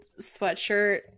sweatshirt